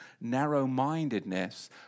narrow-mindedness